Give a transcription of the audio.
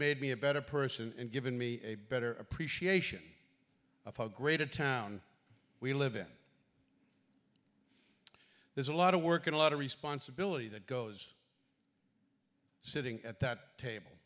bade me a better person and given me a better appreciation of how great a town we live in there's a lot of work and a lot of responsibility that goes sitting at that table